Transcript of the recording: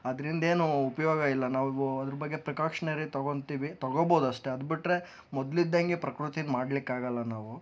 ಅದರಿಂದೇನು ಉಪಯೋಗ ಇಲ್ಲ ನಾವು ಅದರ ಬಗ್ಗೆ ಪ್ರಿಕಾಶ್ನರಿ ತಗೋತ್ತೀವಿ ತಗೋಬೋದು ಅಷ್ಟೇ ಅದು ಬಿಟ್ಟರೆ ಮೊದ್ಲು ಇದ್ದಂಗೆ ಪ್ರಕೃತಿನ ಮಾಡ್ಲಿಕ್ಕೆ ಆಗಲ್ಲ ನಾವು